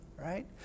Right